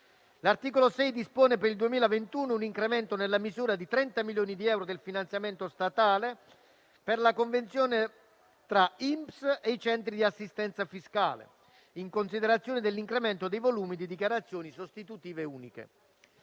L'articolo 6 dispone per il 2021 un incremento nella misura di 30 milioni di euro del finanziamento statale per la convenzione tra INPS e i centri di assistenza fiscale, in considerazione dell'incremento dei volumi di dichiarazioni sostitutive uniche.